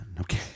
Okay